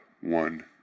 one